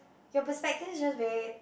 your perspective is just very